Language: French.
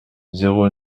zéro